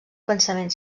pensament